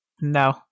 no